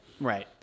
right